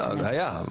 לא, זה היה.